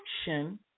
action